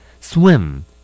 Swim